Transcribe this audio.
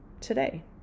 today